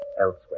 elsewhere